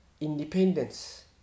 independence